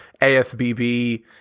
AFBB